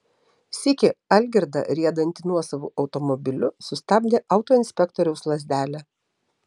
sykį algirdą riedantį nuosavu automobiliu sustabdė autoinspektoriaus lazdelė